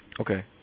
Okay